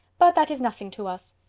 but that is nothing to us.